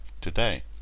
today